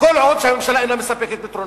כל עוד הממשלה אינה מספקת פתרונות,